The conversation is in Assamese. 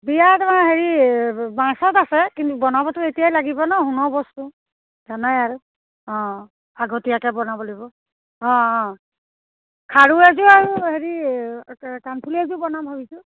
বিয় তোমাৰ হেৰি মাৰ্চত আছে কিন্তু বনাবতো এতিয়াই লাগিব ন সোণৰ বস্তু জানাই আৰু অঁ আগতীয়াকৈ বনাব লাগিব অঁ অঁ খাৰু এযোৰ আৰু হেৰি কানফুলি এযোৰ বনাম ভাবিছোঁ